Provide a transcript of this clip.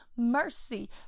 mercy